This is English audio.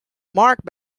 marked